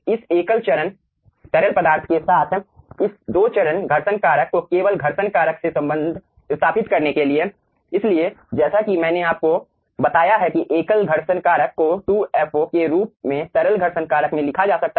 इस एकल चरण तरल पदार्थ के साथ इस दो चरण घर्षण कारकको केवल घर्षण कारक से संबंध स्थापित करने के लिए इसलिए जैसा कि मैंने आपको बताया है कि एकल घर्षण कारक को 2 ffo के रूप में तरल घर्षण कारक में लिखा जा सकता है